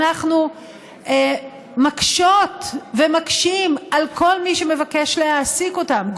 אנחנו מקשות ומקשים על כל מי שמבקש להעסיק אותם,